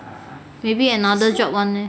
maybe another job [one] eh